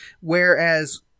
whereas